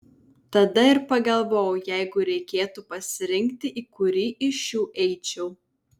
tada ir pagalvojau jeigu reikėtų pasirinkti į kurį iš šių eičiau